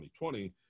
2020